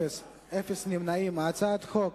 ההצעה להעביר את הצעת חוק